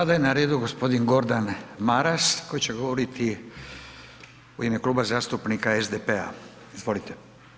Sada je na redu g. Gordan Maras koji će govoriti u ime Kluba zastupnika SDP-a, izvolite.